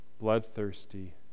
bloodthirsty